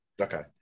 Okay